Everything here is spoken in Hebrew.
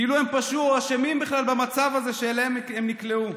כאילו הם פשעו או אשמים בכלל במצב הזה שאליו הם נקלעו.